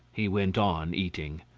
he went on eating.